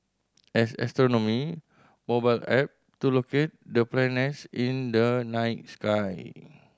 as astronomy mobile app to locate the planets in the night sky